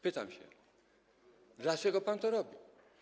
Pytam się, dlaczego pan to robi.